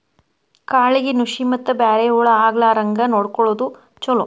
ಕಾಳಿಗೆ ನುಶಿ ಮತ್ತ ಬ್ಯಾರೆ ಹುಳಾ ಆಗ್ಲಾರಂಗ ನೊಡಕೊಳುದು ಚುಲೊ